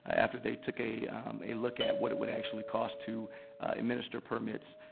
after they took a a look at what it would actually cost to administer permits,